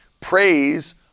Praise